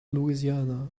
louisiana